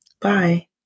Bye